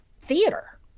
theater